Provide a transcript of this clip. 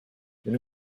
wenn